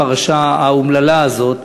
של הפרשה האומללה הזאת,